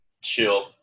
chill